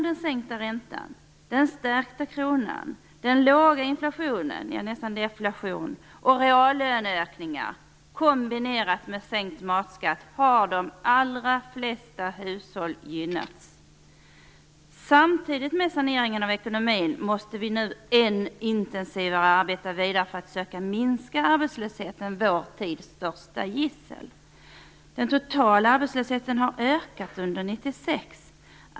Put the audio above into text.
De allra flesta hushållen har gynnats av den sänkta räntan, den stärkta kronan, den låga inflationen - nästan deflation Samtidigt med saneringen av ekonomin måste vi nu än intensivare arbeta vidare för att söka minska arbetslösheten - vår tids största gissel. Den totala arbetslösheten har ökat under 1996.